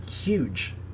huge